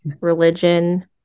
religion